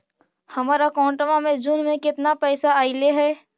हमर अकाउँटवा मे जून में केतना पैसा अईले हे?